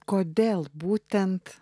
kodėl būtent